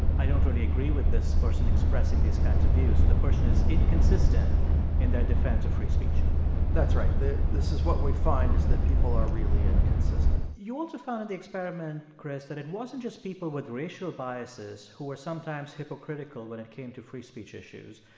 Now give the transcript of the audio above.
i don't really agree with this person expressing these kinds of views. so the person is inconsistent in their defense of free speech that's right. this is what we find, is that people are really inconsistent you also found in the experiment, chris, that it wasn't just people with racial biases who were sometimes hypocritical when it came to free-speech issues.